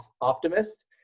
optimist